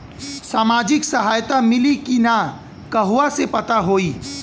सामाजिक सहायता मिली कि ना कहवा से पता होयी?